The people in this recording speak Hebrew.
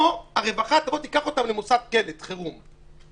או שהרווחה תיקח אותם למוסד קלט חירום.